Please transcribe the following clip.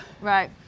Right